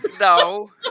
No